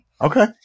okay